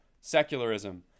secularism